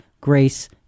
grace